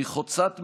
היא חוצת מגזרים,